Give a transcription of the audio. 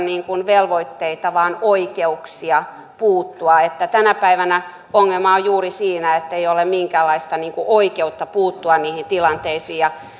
velvoitteita vaan oikeuksia puuttua tänä päivänä ongelma on juuri siinä ettei ole minkäänlaista oikeutta puuttua niihin tilanteisiin ja